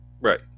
right